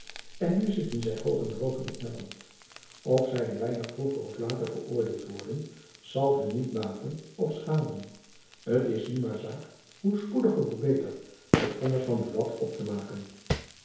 en nu zitten zy hoog en droog in engejacob van lennep elizabeth musch land of zy een weinig vroeger of later veroordeeld worden zal hun niet baten of schaden t is nu maar zaak hoe spoediger hoe beter het vonnis van buat op te maken